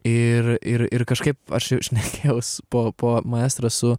ir ir ir kažkaip aš šnekėjaus po po maestro su